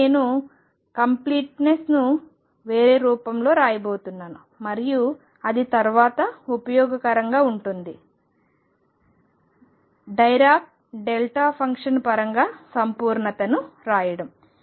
ఇప్పుడు నేను సంపూర్ణత కోసం వేరే రూపంలో రాయబోతున్నాను మరియు అది తర్వాత ఉపయోగకరంగా ఉంటుంది డైరాక్ డెల్టా ఫంక్షన్ పరంగా సంపూర్ణతను రాస్తాను